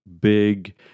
big